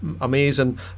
amazing